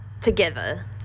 together